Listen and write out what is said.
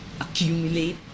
accumulate